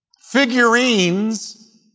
figurines